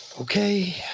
Okay